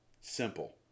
Simple